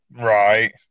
Right